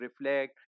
reflect